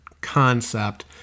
concept